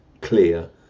clear